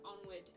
onward